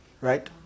Right